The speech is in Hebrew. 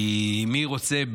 כי מי רוצה,